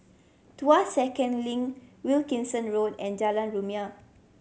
Tuas Second Link Wilkinson Road and Jalan Rumia